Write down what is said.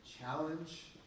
challenge